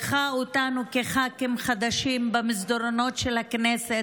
היא לקחה אותנו כחברי כנסת חדשים במסדרונות של הכנסת,